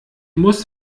muss